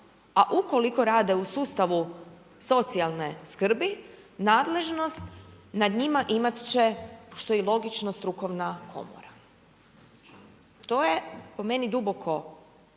a ukoliko rade u sustavu socijalne skrbi, nadležnost nad njima imat će, što je i logično, strukovna Komora. To je po meni duboko, ne